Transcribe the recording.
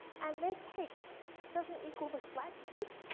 and their cake doesn't equal the slack cake.